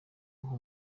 uha